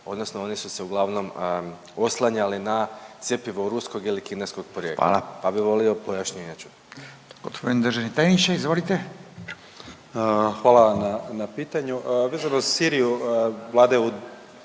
odnosno oni su se uglavnom oslanjali na cjepivo ruskog ili kineskog porijekla … …/Upadica